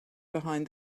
behind